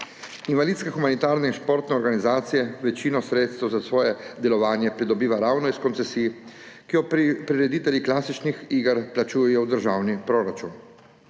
Invalidske, humanitarne in športne organizacije večino sredstev za svoje delovanje pridobivajo ravno iz koncesij, ki jo prireditelji klasičnih iger plačujejo v državni proračun.